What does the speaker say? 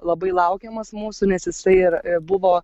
labai laukiamas mūsų nes jisai ir buvo